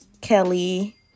Kelly